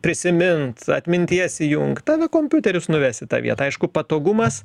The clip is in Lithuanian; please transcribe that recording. prisimint atminties įjungt tegu kompiuteris nuvesi tą vietą aišku patogumas